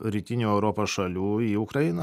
rytinių europos šalių į ukrainą